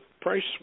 price